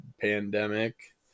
pandemic